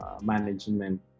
management